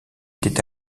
étaient